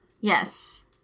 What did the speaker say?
Yes